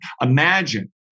Imagine